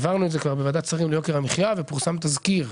העברנו את זה כבר בוועדת שרים ויוקר המחיה ופורסם תסקיר,